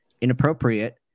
inappropriate